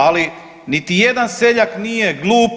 Ali niti jedan seljak nije glup